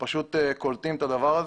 שפשוט קולטים את הדבר הזה.